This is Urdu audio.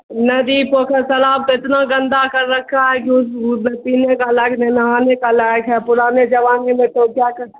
ندی پوکھر تالاب تو اتنا گندا کر رکھا ہے کہ پینے کا لائق نہیں نہانے کا لائق ہے پرانے زمانے میں تو کیا کہتے